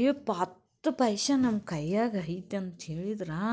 ಏ ಹತ್ತು ಪೈಸೆ ನಮ್ಮ ಕೈಯಾಗ ಐತ ಅಂತ ಹೇಳಿದ್ರೆ